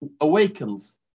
awakens